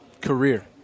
career